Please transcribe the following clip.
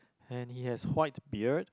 and he has white beard